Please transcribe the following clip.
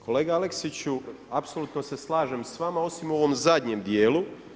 Kolega Aleksiću apsolutno se slažem s vama osim u ovom zadnjem dijelu.